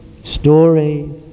story